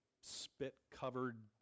spit-covered